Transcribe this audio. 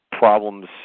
Problems